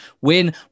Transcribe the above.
win